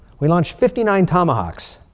we launched fifty nine tomahawks.